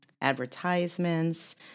advertisements